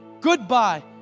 goodbye